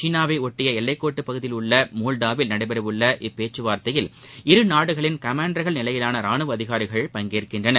சீனாவைஒட்டியஎல்லைக்கோட்டுப் பகுதியிலுள்ளமோல்டாவில் நடைபெறவுள்ள இப்பேச்சுக்களில் இருநாடுகளின் கமாண்டர்கள் நிலையிலானரானுவஅதிகாரிகள் பங்கேற்கின்றனர்